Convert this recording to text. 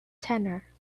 tenor